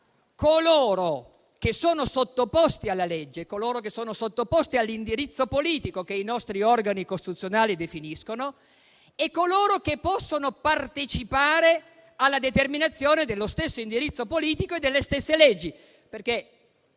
coloro che sono sottoposti all'indirizzo politico che i nostri organi costituzionali definiscono e coloro che possono partecipare alla determinazione dello stesso indirizzo politico e delle stesse leggi.